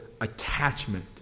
attachment